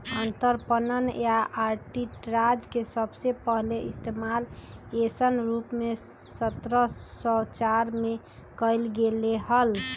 अंतरपणन या आर्बिट्राज के सबसे पहले इश्तेमाल ऐसन रूप में सत्रह सौ चार में कइल गैले हल